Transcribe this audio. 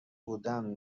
بودم